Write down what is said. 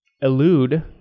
elude